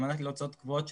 במענק להוצאות הקבועות,